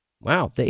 Wow